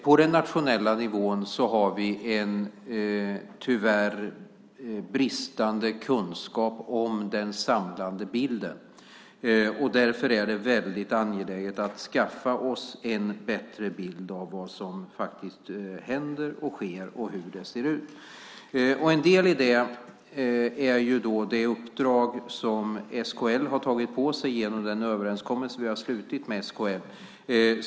På den nationella nivån har vi tyvärr en bristande kunskap om den samlade bilden. Därför är det väldigt angeläget att vi skaffar oss en bättre bild av vad som faktiskt händer och sker och av hur det ser ut. En del i det är det uppdrag som SKL har tagit på sig genom den överenskommelse som vi har träffat med SKL.